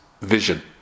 vision